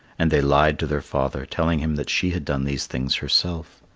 and they lied to their father, telling him that she had done these things herself.